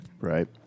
Right